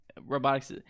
robotics